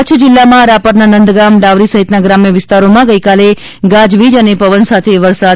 કચ્છ જિલ્લામાં રાપરના નંદગામ ડાવરી સહિતના ગ્રામ્ય વિસ્તારોમાં ગઇકાલે ગાજવીજ અને પવન સાથે વરસાદ વરસ્યો છે